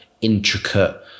intricate